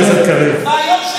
אני המום.